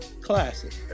classic